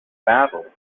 battle